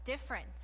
different